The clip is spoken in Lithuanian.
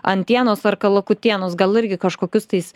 antienos ar kalakutienos gal irgi kažkokius tais